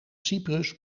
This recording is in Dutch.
cyprus